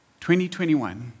2021